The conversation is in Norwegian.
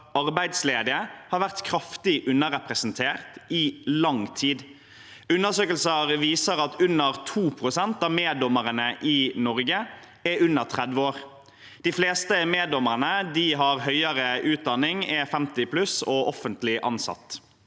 arbeidsledige har vært kraftig underrepresentert i lang tid. Undersøkelser viser at under 2 pst. av meddommerne i Norge er under 30 år. De fleste meddommerne har høyere utdanning, er 50+ og offentlig ansatt.